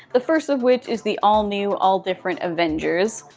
the first of which is the all new, all different avengers.